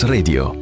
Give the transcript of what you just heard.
Radio